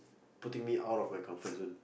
putting me out of my comfort zone